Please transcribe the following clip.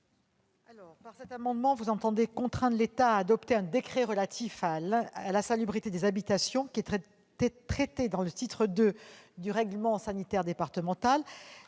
? Cet amendement a pour objet de contraindre l'État à adopter un décret relatif à la salubrité des habitations, laquelle est traitée dans le titre II du règlement sanitaire départemental.